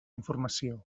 informació